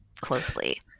closely